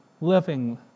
living